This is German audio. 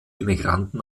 emigranten